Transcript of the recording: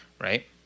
right